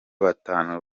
batanu